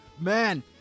Man